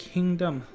Kingdom